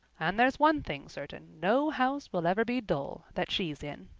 and there's one thing certain, no house will ever be dull that she's in.